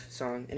song